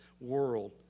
world